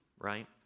right